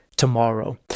tomorrow